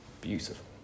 beautiful